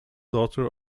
daughter